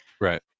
right